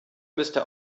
müsste